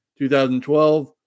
2012